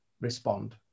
respond